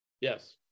Yes